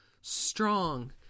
strong